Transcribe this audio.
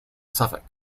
suffolk